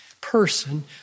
person